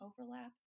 overlap